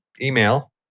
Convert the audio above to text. email